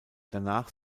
danach